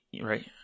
right